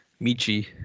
Michi